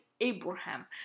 Abraham